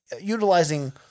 utilizing